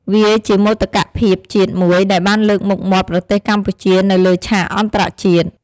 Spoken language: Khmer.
វាជាមោទកភាពជាតិមួយដែលបានលើកមុខមាត់ប្រទេសកម្ពុជានៅលើឆាកអន្តរជាតិ។